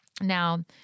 Now